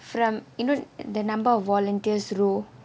no no not the name from you know the number of volunteers rule